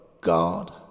God